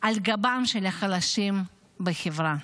על גבם של החלשים בחברה.